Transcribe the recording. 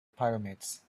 pyramids